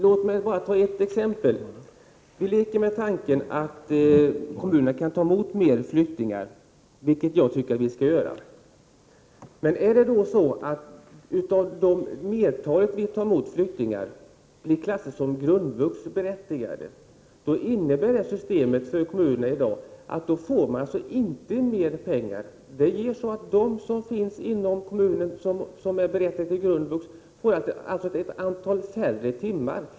Låt mig ta ett exempel. Vi leker med tanken att kommunerna kan ta emot fler flyktingar, vilket jag tycker att de skall göra. Men om nu flertalet av de flyktingar en kommun vill ta emot klassas som grundvuxberättigade, innebär det system vi har i dag att kommunerna inte får mer pengar. De som finns inom kommunen som är berättigade till grundvux får alltså ett färre antal undervisningstimmar.